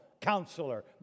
Counselor